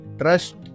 trust